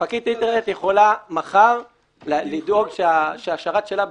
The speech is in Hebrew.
ספקית האינטרנט יכולה מחר לדאוג שהשרת שלה,